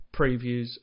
previews